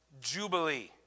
Jubilee